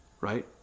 right